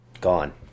Gone